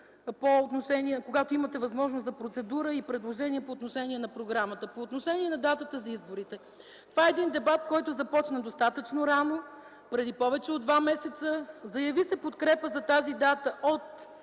когато имахте възможност за процедура и предложения по отношение на програмата. По отношение на датата за изборите. Това е един дебат, който започна достатъчно рано, преди повече от два месеца. Заяви се подкрепа за тази дата от